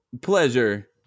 pleasure